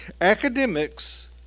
Academics